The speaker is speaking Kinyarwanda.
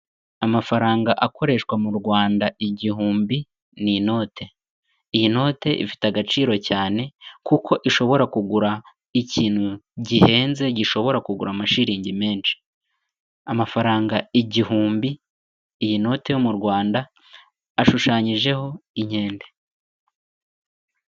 Amafaranga akoreshwa mu Rwanda igihumbi ni inote. Iyi note ifite agaciro cyane kuko ishobora kugura ikintu gihenze gishobora kugura amashilingi menshi. Amafaranga igihumbi, iyi noti yo mu Rwanda ashushanyijeho inkende.